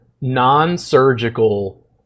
non-surgical